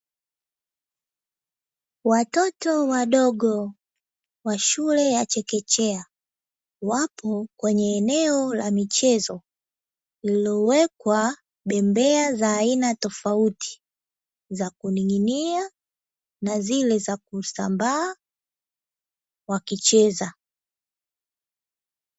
Watoto wadogo wa shule ya chekechea wapo kwenye eneo la michezo lililowekwa bambea za aina tofauti za kuning'inia na zile za kusambaa wakicheza.